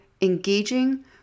engaging